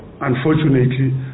unfortunately